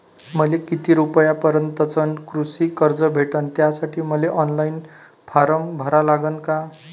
मले किती रूपयापर्यंतचं कृषी कर्ज भेटन, त्यासाठी मले ऑनलाईन फारम भरा लागन का?